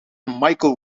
michael